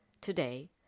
today